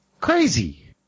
Crazy